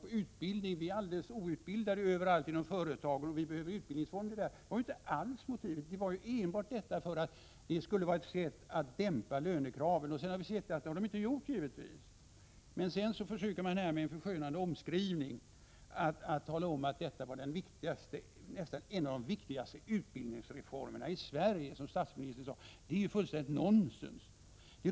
Motivet var inte alls att de anställda överallt inom företagen hade brist på utbildning och att det därför behövdes utbildningsfonder. Dessa skulle i stället användas för att dämpa lönekraven, men så har givetvis inte blivit fallet. Man försöker nu med en förskönande omskrivning göra gällande att det här är fråga om en av de viktigaste utbildningsreformerna i Sverige, vilket t.ex. statsministern framhållit. Det är fullständigt nonsens.